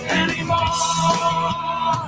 anymore